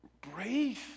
breathe